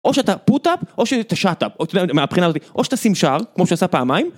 או שאתה פוטאפ, או שאתה שאטאפ, מהבחינה הזאת, או שאתה שימשר, כמו שעשה פעמיים.